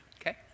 Okay